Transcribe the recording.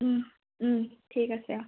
ঠিক আছে অ